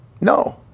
No